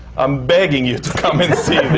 i'm begging you to come and see